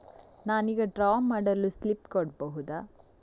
ನನಿಗೆ ಡ್ರಾ ಮಾಡಲು ಸ್ಲಿಪ್ ಕೊಡ್ಬಹುದಾ?